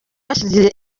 hashize